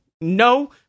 No